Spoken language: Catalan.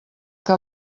que